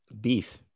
Beef